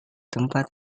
tempat